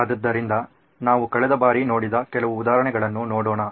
ಆದ್ದರಿಂದ ನಾವು ಕಳೆದ ಬಾರಿ ನೋಡಿದ ಕೆಲವು ಉದಾಹರಣೆಗಳನ್ನು ನೋಡೋಣ